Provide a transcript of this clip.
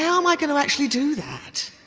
yeah ah am i going to actually do that?